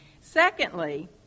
Secondly